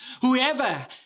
Whoever